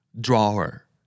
Drawer